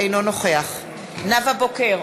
אינו נוכח נאוה בוקר,